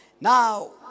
Now